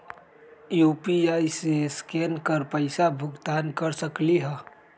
UPI से scan कर पईसा भुगतान कर सकलीहल?